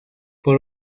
por